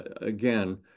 again